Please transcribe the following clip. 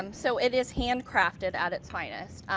um so it is handcrafted at its finest.